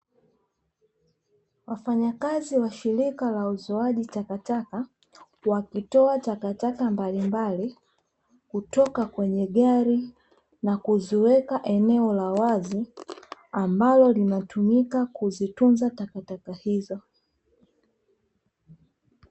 Wafanyakazi wa shirika la uzoaji takataka wakitoa takataka mbalimbali kutoka kwenye gari na kuziweka eneo la wazi ambalo linatumika kuzitunza takataka hizo.